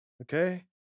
Okay